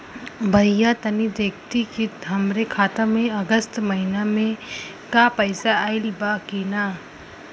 भईया तनि देखती की हमरे खाता मे अगस्त महीना में क पैसा आईल बा की ना?